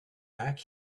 back